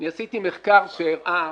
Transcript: אני עשיתי מחקר שהראה,